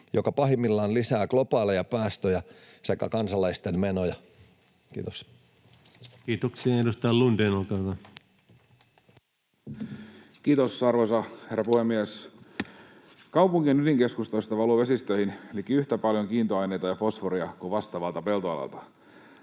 joka pahimmillaan lisää globaaleja päästöjä sekä kansalaisten menoja. — Kiitos. Kiitoksia. — Ja edustaja Lundén, olkaa hyvä. Kiitos, arvoisa herra puhemies! Kaupunkien ydinkeskustoista valuu vesistöihin liki yhtä paljon kiintoaineita ja fosforia kuin vastaavalta peltoalalta.